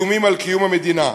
ואיומים על קיום המדינה.